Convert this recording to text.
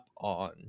on